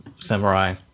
samurai